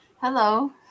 hello